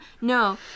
no